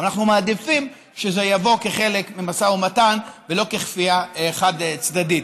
אנחנו מעדיפים שזה יבוא כחלק ממשא ומתן ולא ככפייה חד-צדדית.